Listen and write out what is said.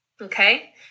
Okay